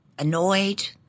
annoyed